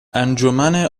انجمن